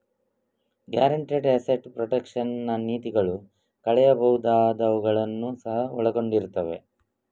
guaranteed asset protection ನ ನೀತಿಗಳು ಕಳೆಯಬಹುದಾದವುಗಳನ್ನು ಸಹ ಒಳಗೊಂಡಿರುತ್ತವೆ